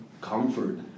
comfort